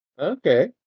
Okay